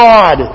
God